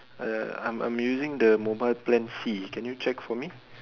uh I'm I'm using the mobile plan C can you check for me